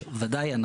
בוודאי,